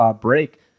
break